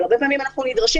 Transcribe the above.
הרבה פעמים אנחנו נדרשים,